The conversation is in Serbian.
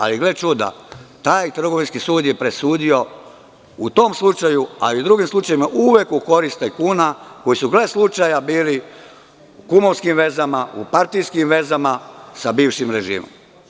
Ali, gle čuda, taj Trgovinski sud je presudio u tom slučaju, ali i u drugim slučajevima uvek u korist tajkuna koji su, gle slučaja, bili u kumovskim vezama, u partijskim vezama sa bivšim režimom.